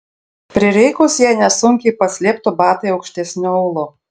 prireikus ją nesunkiai paslėptų batai aukštesniu aulu